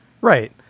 right